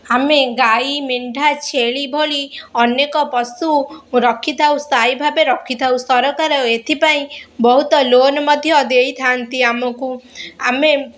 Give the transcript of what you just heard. ଆମେ ଗାଈ ମେଣ୍ଢା ଛେଳି ଭଳି ଅନେକ ପଶୁ ରଖିଥାଉ ସ୍ଥାୟୀ ଭାବେ ରଖିଥାଉ ସରକାର ଏଥିପାଇଁ ବହୁତ ଲୋନ୍ ମଧ୍ୟ ଦେଇଥାନ୍ତି ଆମକୁ ଆମେ